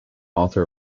author